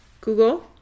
Google